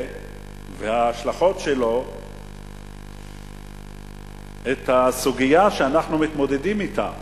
וההשלכות שלו את הסוגיה שאנחנו מתמודדים אתה,